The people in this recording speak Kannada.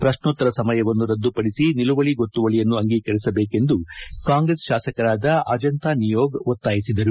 ಪ್ರಶ್ನೋತ್ತರ ಸಮಯವನ್ನು ರದ್ದುಪಡಿಸಿ ನಿಲುವಳಿ ಗೊತ್ತುವಳಿಯನ್ನು ಅಂಗೀಕರಿಸಬೇಕೆಂದು ಕಾಂಗ್ರೆಸ್ ಶಾಸಕರಾದ ಅಜಂತ ನಿಯೋಗ್ ನಒತ್ತಾಯಿಸಿದರು